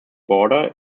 border